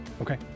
Okay